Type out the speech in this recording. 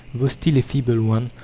though still a feeble one,